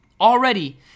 already